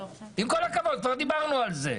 עם כל הכבוד, כבר דיברנו על זה.